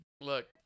look